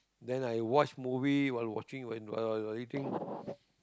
then I watch movie while watching while I eating